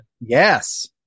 Yes